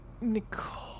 Nicole